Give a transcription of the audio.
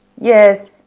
Yes